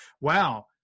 wow